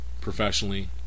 professionally